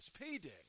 payday